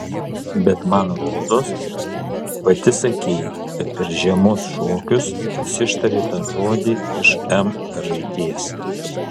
bet man rodos pati sakei kad per žiemos šokius jis ištarė tą žodį iš m raidės